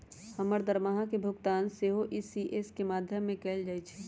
हमर दरमाहा के भुगतान सेहो इ.सी.एस के माध्यमें से कएल जाइ छइ